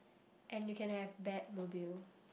and you can have Batmobile